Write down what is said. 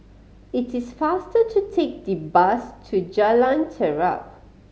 it is faster to take the bus to Jalan Terap